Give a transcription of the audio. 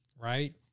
right